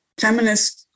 feminist